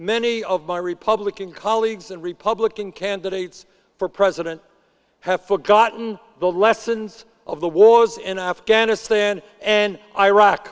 many of my republican colleagues and republican candidates for president have forgotten the lessons of the wars in afghanistan and iraq